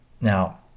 Now